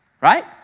right